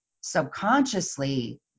subconsciously